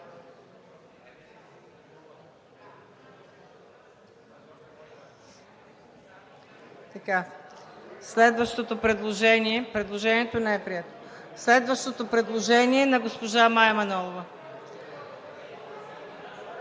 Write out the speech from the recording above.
Следващото предложение е на госпожа Мая Манолова.